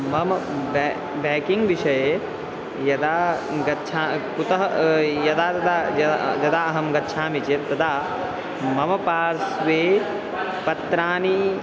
मम बे बेकिङ्ग् विषये यदा गच्छामि कुतः यदा तदा यदा यदा अहं गच्छामि चेत् तदा मम पार्श्वे पत्राणि